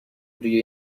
روی